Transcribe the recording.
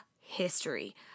history